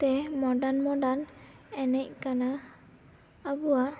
ᱛᱮ modern modern ᱮᱱᱮᱡ ᱠᱟᱱᱟ ᱟᱵᱚᱭᱟᱜ